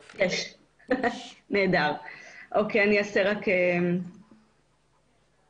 יש שלושה משקים מתוך ה-12 שיש להם תאי הזרעה והם פועלים לפי התקנות.